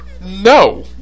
No